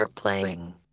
playing